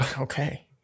Okay